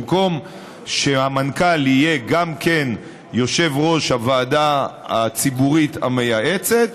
במקום שהמנכ"ל יהיה גם יושב-ראש הוועדה הציבורית המייעצת,